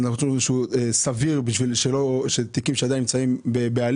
זה נתון שהוא סביר לגבי תיקים שעדיין נמצאים בהליך.